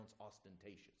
ostentatious